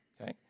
okay